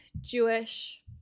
Jewish